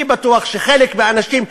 אני בטוח שחלק מהאנשים,